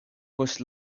post